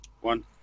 One